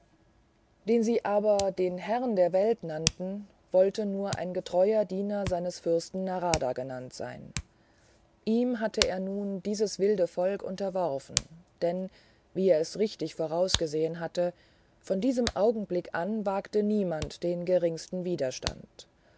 den sie aber den herrn der welt nannten wollte nur ein getreuer diener seines fürsten narada genannt sein ihm hatte er nun dieses wilde volk unterworfen denn wie er es richtig vorausgesehen hatte von diesem augenblick an wagte niemand den geringsten widerstand